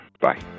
Bye